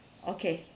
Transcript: okay